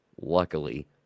luckily